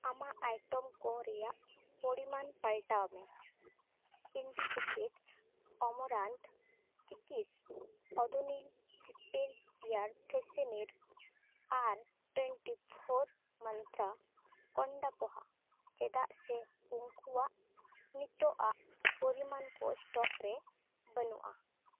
ᱟᱢᱟᱜ ᱟᱭᱴᱚᱢ ᱠᱚ ᱨᱮᱭᱟᱜ ᱯᱚᱨᱤᱢᱟᱱ ᱯᱟᱞᱴᱟᱣᱢᱮ ᱤᱱᱰᱤᱥᱮᱠᱨᱮᱴᱥ ᱚᱢᱚᱨᱟᱱᱛ ᱪᱤᱠᱤᱥ ᱚᱫᱷᱩᱱᱤᱞ ᱪᱤᱯᱮᱨ ᱠᱞᱤᱭᱟᱨᱰ ᱯᱷᱨᱮᱥᱤᱱᱤᱨ ᱟᱨ ᱴᱚᱭᱮᱱᱴᱤ ᱯᱷᱳᱨ ᱢᱟᱱᱛᱨᱟ ᱠᱚᱱᱰᱟ ᱠᱚᱦᱟ ᱪᱮᱫᱟᱜ ᱥᱮ ᱩᱝᱠᱩᱣᱟᱜ ᱱᱤᱛᱚᱜᱼᱟᱜ ᱯᱚᱨᱤᱢᱟᱱ ᱠᱚ ᱥᱴᱚᱠ ᱨᱮ ᱵᱟᱹᱱᱩᱜᱼᱟ